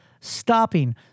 stopping